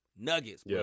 nuggets